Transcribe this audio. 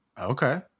Okay